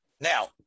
Now